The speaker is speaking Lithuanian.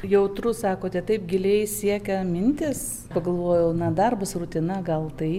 jautru sakote taip giliai siekia mintys pagalvojau na darbas rutina gal tai